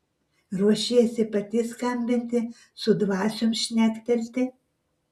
ruošiesi pati skambinti su dvasiom šnektelti